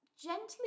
gently